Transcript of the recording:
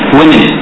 women